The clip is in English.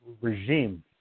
regime